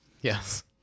Yes